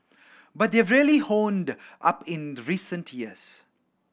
but they've really honed up in recent years